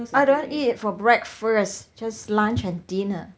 I don't eat it for breakfast just lunch and dinner